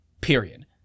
period